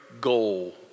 goal